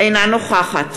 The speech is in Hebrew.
אינה נוכחת